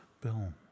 Bill